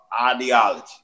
ideology